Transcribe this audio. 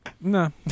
No